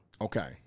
Okay